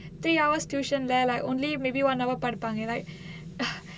three hour tuition there like only but maybe one hour படிப்பாங்க:padippaanga like